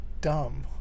dumb